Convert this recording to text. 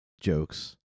jokes